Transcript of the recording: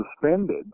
suspended